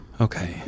Okay